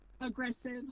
aggressive